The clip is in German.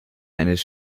eines